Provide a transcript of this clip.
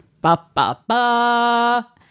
Ba-ba-ba